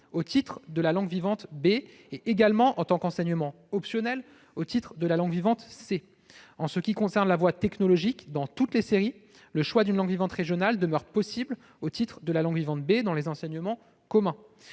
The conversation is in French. au titre de la langue vivante B, et également en tant qu'enseignement optionnel, au titre de la langue vivante C. S'agissant de la voie technologique, dans toutes les séries, le choix d'une langue vivante régionale demeure possible au titre de la langue vivante B dans les enseignements communs.